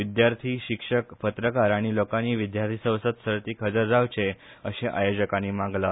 विद्यार्थी शिक्षक पत्रकांर आनी लोकांनी विद्यार्थी संसद सर्तीक हजर रावचे अशें आयोजकांनी मागला